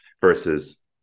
versus